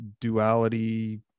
duality